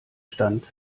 stand